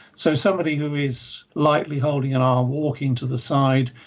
so, somebody who is lightly holding an arm, walking to the side,